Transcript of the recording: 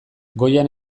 goian